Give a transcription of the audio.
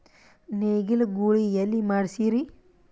ನೇಗಿಲ ಗೂಳಿ ಎಲ್ಲಿ ಮಾಡಸೀರಿ?